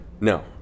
No